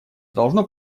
должно